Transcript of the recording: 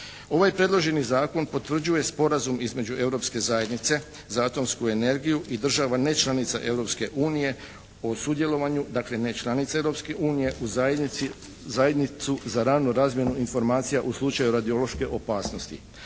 Ovaj predloženi zakon potvrđuje sporazum između Europske zajednice za atomsku energiju i država nečlanica Europske unije o sudjelovanju, dakle nečlanice Europske unije u zajednicu za ranu razmjenu informacija u slučaju radiološke opasnosti.